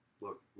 Look